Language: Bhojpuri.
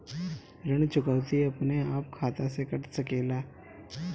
ऋण चुकौती अपने आप खाता से कट सकेला?